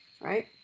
right